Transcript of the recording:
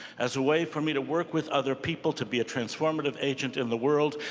as a way for me to work with other people to be a transformative agent in the world,